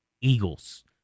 Eagles